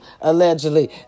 allegedly